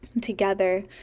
together